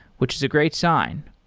which is a great sign.